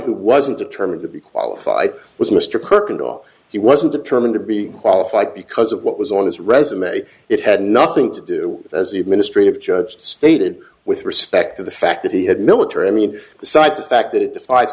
who wasn't determined to be qualified was mr cook and all he wasn't determined to be qualified because of what was on his resume it had nothing to do as the administrative judge stated with respect to the fact that he had military i mean besides the fact that it defie